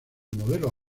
modelo